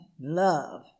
love